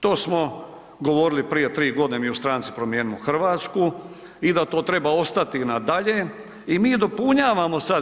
To smo govorili prije 3.g. mi u stranci Promijenimo Hrvatsku i da to treba ostati i na dalje i mi dopunjavamo sad.